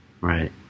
right